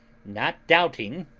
not doubting,